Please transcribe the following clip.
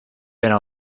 have